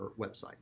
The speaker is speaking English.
website